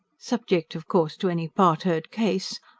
subject of course to any part-heard case,